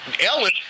Ellen